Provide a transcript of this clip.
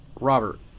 Robert